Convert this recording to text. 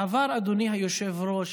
בעבר, אדוני היושב-ראש,